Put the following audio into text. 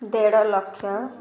ଦେଢ଼ ଲକ୍ଷ